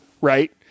right